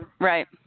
Right